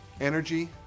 energy